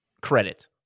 credit